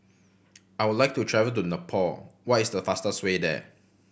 I would like to travel to Nepal what is the fastest way there